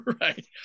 right